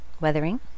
Weathering